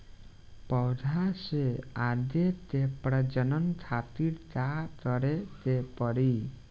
पौधा से आगे के प्रजनन खातिर का करे के पड़ी?